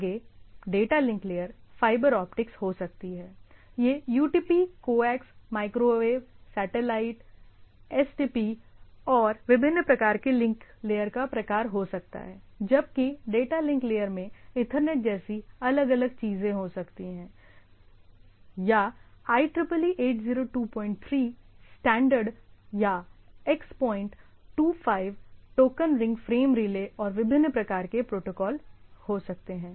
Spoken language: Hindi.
आगे data link layer fiber optics हो सकती है यह UTP coax microwave satellite STP और विभिन्न प्रकार के लिंक लेयर का प्रकार हो सकता है जबकि डेटा लिंक लेयर में ईथरनेट जैसी अलग अलग चीजें हो सकती हैं या संदर्भ लें समय 2301 IEEE 8023 स्टैंडर्ड या X25 token ring frame relay और विभिन्न प्रकार के प्रोटोकॉल हो सकते हैं